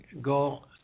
go